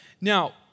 Now